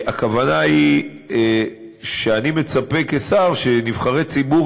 הכוונה היא שאני מצפה כשר שנבחרי ציבור